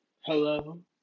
Hello